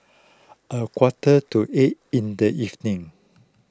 a quarter to eight in the evening